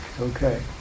Okay